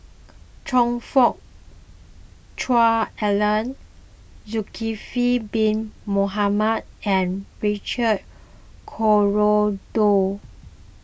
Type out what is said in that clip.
Choe Fook Cheong Alan Zulkifli Bin Mohamed and Richard Corridon